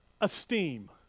Esteem